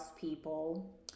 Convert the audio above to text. people